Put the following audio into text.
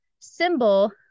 symbol